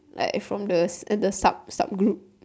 like from the at the sub sub group